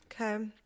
okay